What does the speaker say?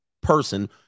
person